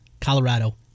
Colorado